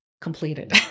completed